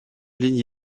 lignes